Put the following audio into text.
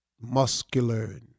muscular